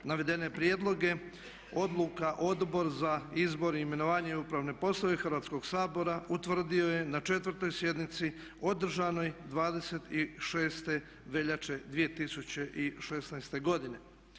Navedene prijedloge odluka Odbor za izbor, imenovanje i upravne poslove Hrvatskog sabora utvrdio je na 4. sjednici održanoj 26. veljače 2016. godine.